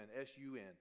S-U-N